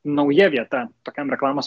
nauja vieta tokiam reklamos